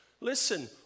listen